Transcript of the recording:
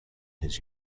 his